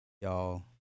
y'all